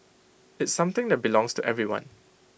it's something that belongs to everyone